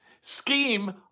scheme